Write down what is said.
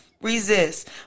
resist